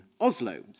Oslo